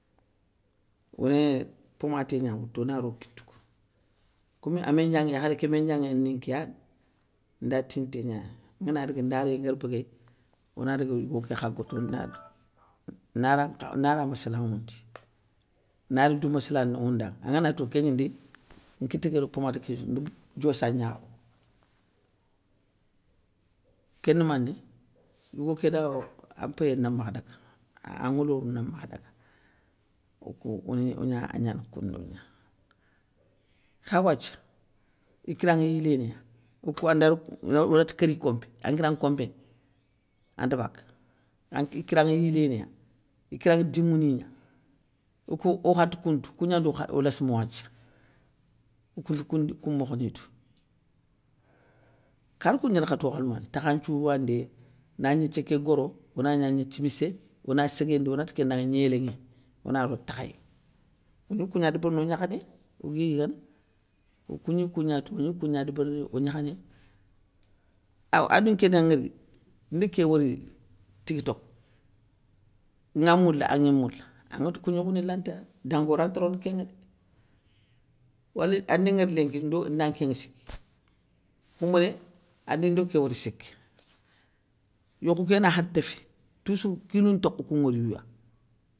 Oni pomaté gna woutou ona ro o kitou kou, komi a méndianŋé, yakharé ké méndianŋé ni nkéya dé, nda tinté gnani, ngana daga ndariyé nguér béguéy, ona daga yigo ké kha gotondi nari nara nkha nara masslanŋoundi, nari dou massla nowondanŋa, an nganatou kén ndima ndi nkité kéro pomati késsou ndi diossa gnakhonŋa, kén mané yigo kéda an mpéyé na makha daga, an ŋolorou na makha daga, okou ogni agnana koundou gna. Kha wathia i kiranŋa yilénéya okou anda ro onati kéri kompé, an nguira nkompé gna, anta baka, anké i kiranŋa yilénéya, ikaranŋa dimouni gna, okou okhanti kountou, kougnando okha o léssma wathia, okounte koun koun mokhoni tou. Khar kou gnarkhato khane mane, takhan nthiourou ane dé, na gnéthié ké goro, ona gna gnéthié missé ona séguéndi, ona ti kén danŋa gnélénŋé, ona ro takhayénŋa, ogni kou gna débérini o gnakha ni ogui yigana, okou gni kou gna tou, ogni kou gna débérini ognakha ni. Aw adi nké dan ŋwori, ndi ké wori tigui tokho; gna moula agni moula, anŋe tou koun gnékhou ni lanta dango ranta rono kénŋa dé. Waleu andi ŋwori lénki ndo nda nkénŋa siki, khoumbéné, andi ndo ké wori siki, yokhou gana khar téffi, toussour kilou ntokho koun ŋworiyou ya.